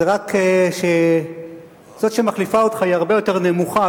זה רק שזאת שמחליפה אותך היא הרבה יותר נמוכה.